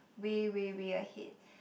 way way way ahead